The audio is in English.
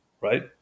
right